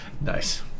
Nice